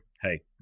Hey